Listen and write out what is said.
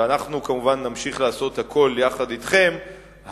ואנחנו כמובן נמשיך לעשות הכול יחד אתכם,